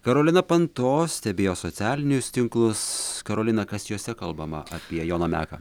karolina panto stebėjo socialinius tinklus karolina kas juose kalbama apie joną meką